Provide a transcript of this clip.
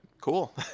Cool